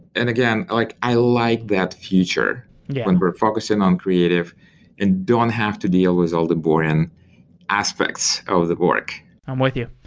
and again, like i like that feature when we're focusing on creative and don't have to deal with all the boring aspects of the work. i'm with you.